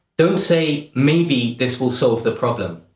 don't say, maybe this will solve the problem,